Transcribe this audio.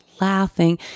laughing